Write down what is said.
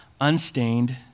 unstained